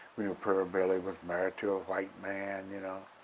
we knew pearl bailey was married to a white man, you know.